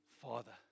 father